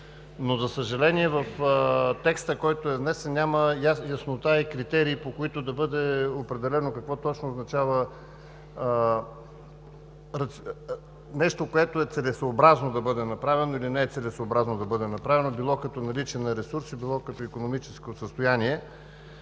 За съжаление обаче, във внесения текст няма яснота и критерии, по които да бъде определено какво точно означава нещо, което е целесъобразно да бъде направено или не е целесъобразно да бъде направено било като наличие на ресурси, било като икономическо състояние.